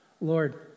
Lord